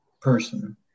person